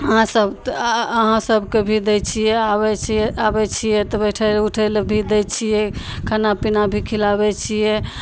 अहाँसभ अहाँ सभकेँ भी दै छिए आबै छिए आबै छिए तऽ बैठै उठैलए भी दै छिए खाना पिना भी खिलाबै छिए